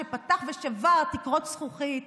שפתח ושבר תקרות זכוכית,